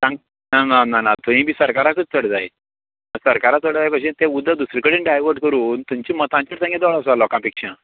तांकां ना ना थंयी बी सरकाराकच चड जाय सरकाराक चड जाय भशेन तें उदक दुसरे कडेन डायवर्ट करून थंनच्या मतांचेर तांगे दोळो आसा लोकां पेक्षा